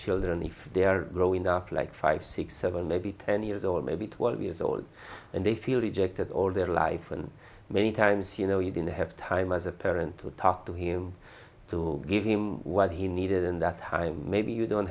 children if they are growing up like five six seven maybe ten years or maybe twelve years old and they feel rejected all their life and many times you know you didn't have time as a parent to talk to him to give him what he needed in that time maybe you don't